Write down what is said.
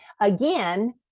Again